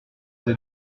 vous